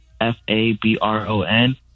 F-A-B-R-O-N